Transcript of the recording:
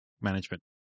management